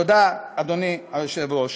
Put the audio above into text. תודה, אדוני היושב-ראש.